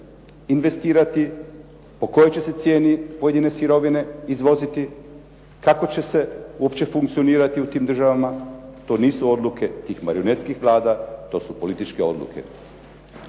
investirati, po kojoj će se cijeni pojedine sirovine izvoziti, kako će se uopće funkcionirati u tim državama. To nisu odluke tih marionetskih vlada, to su političke odluke.